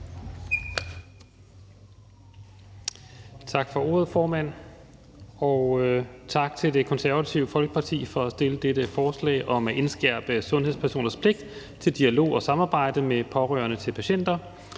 Tak for ordet, formand. Tak til Det Konservative Folkeparti for at fremsætte dette forslag om at indskærpe sundhedspersoners pligt til dialog og samarbejde med pårørende til patienter.